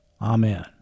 Amen